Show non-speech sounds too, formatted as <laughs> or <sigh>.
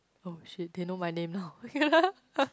oh shit they know my name now <laughs>